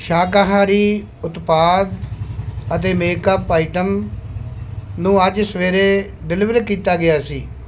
ਸ਼ਾਕਾਹਾਰੀ ਉਤਪਾਦ ਅਤੇ ਮੇਕਅੱਪ ਆਈਟਮ ਨੂੰ ਅੱਜ ਸਵੇਰੇ ਡਿਲੀਵਰ ਕੀਤਾ ਗਿਆ ਸੀ